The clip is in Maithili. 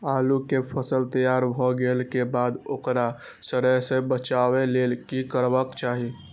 आलू केय फसल तैयार भ गेला के बाद ओकरा सड़य सं बचावय लेल की करबाक चाहि?